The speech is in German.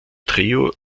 trio